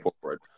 forward